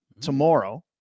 tomorrow